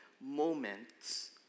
moments